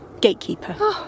gatekeeper